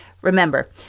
Remember